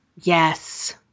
Yes